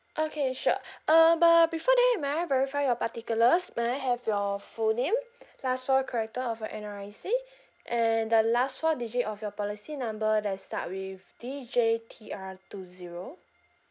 okay sure uh but before that may I verify your particulars may I have your full name last four character of your N_R_I_C and the last four digit of your policy number that start with D J T R two zero